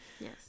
Yes